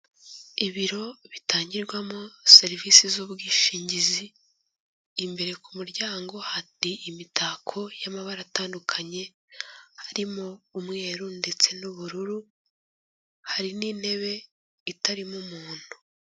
Ibiro bitangirwamo serivisi z'ubwishingizi, imbere ku muryango hari imitako y'amabara atandukanye harimo umweru ndetse n'ubururu, hari n'intebe itarimo umuntu.